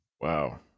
Wow